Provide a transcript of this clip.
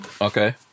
Okay